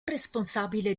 responsabile